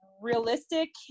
realistic